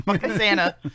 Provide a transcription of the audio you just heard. Santa